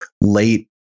late